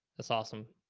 that's awesome.